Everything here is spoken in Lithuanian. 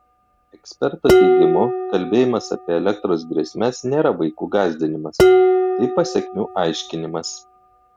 eksperto teigimu kalbėjimas apie elektros grėsmes nėra vaikų gąsdinimas tai pasekmių aiškinimas